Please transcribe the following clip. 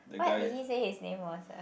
what did he say his name was ah